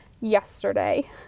yesterday